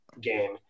game